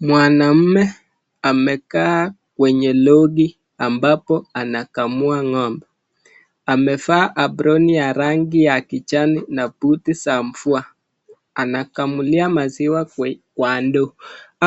Mwanaume amekaa kwenye lodi ambapo amekamua ngombe, amevaa aproni ya rangi ya kijani na buti za mvua, anakamulia maziwa kwa ndoo.